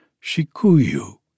Shikuyu